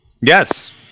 Yes